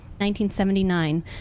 1979